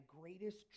greatest